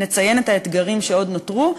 נציין את האתגרים שעוד נותרו,